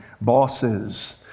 bosses